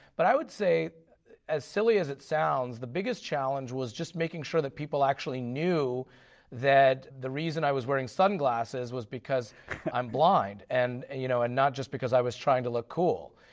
but i would say as silly as it sounds, the biggest challenge was just making sure that people actually knew that the reason i was wearing sunglasses was because i'm blind and and you know and not just because i was trying to look cool.